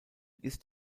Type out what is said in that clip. ist